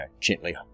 gently